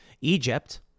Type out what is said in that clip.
Egypt